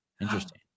Interesting